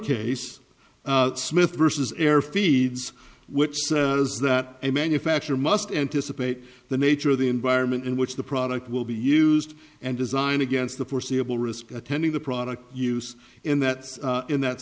case smith versus air feeds which says that a manufacturer must anticipate the nature of the environment in which the product will be used and designed against the foreseeable risk attending the product use in that in that